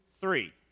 three